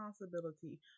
responsibility